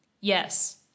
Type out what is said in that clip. Yes